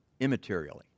immaterially